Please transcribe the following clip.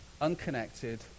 unconnected